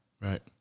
Right